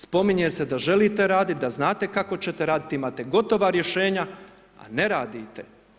Spominje se da želite raditi, da znate kako ćete raditi, imate gotova rješenja a ne radite.